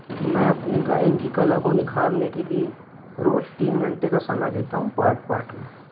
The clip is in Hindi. मैं अपनी गायन की कला को निखारने के लिए रोज़ तीन घंटे का समय देता हूँ पाट पाट में